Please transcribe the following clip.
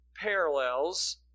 parallels